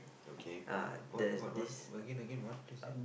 okay pull what what what again again what you say